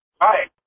Hi